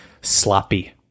sloppy